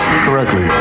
correctly